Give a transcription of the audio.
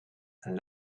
and